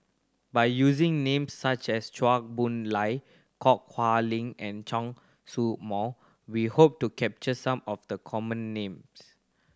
by using names such as Chua Boon Lay Ho Kah Leong and Chen Show Mao we hope to capture some of the common names